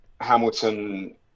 hamilton